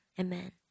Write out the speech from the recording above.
amen